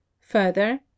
Further